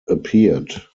appeared